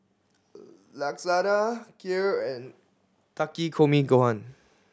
Lasagna Kheer and Takikomi Gohan